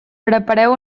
prepareu